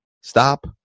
stop